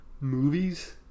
Movies